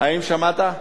האם שמעת?